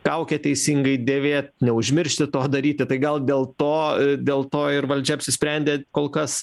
kaukę teisingai dėvėt neužmiršti to daryti tai gal dėl to dėl to ir valdžia apsisprendė kol kas